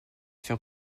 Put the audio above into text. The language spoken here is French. fait